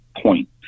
point